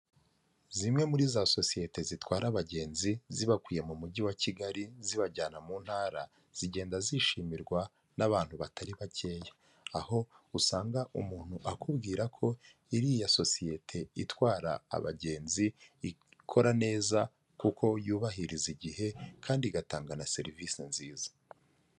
Zimwe muri za sosiyete zitwara abagenzi zibakuye mu mujyi wa Kigali zibajyana mu ntara, zigenda zishimirwa n'abantu batari bakeya, aho usanga umuntu akubwira ko iriya sosiyete itwara abagenzi, ikora neza kuko yubahiriza igihe kandi igatanga na serivisi nziza.